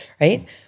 right